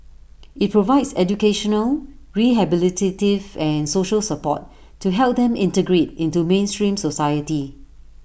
IT provides educational rehabilitative and social support to help them integrate into mainstream society